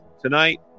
tonight